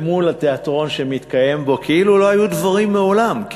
למול התיאטרון שמתקיים פה כאילו לא היו דברים מעולם,